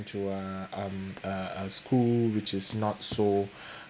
into a um a a school which is not so